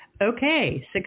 Okay